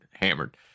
hammered